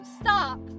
stop